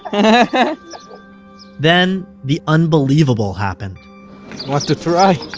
and then, the unbelievable happened want to try?